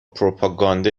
پروپاگانده